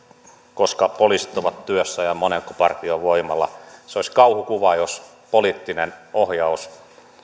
milloin poliisit ovat työssä ja monenko partion voimalla se olisi kauhukuva jos poliittinen ohjaus